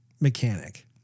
mechanic